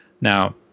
Now